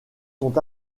sont